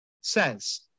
says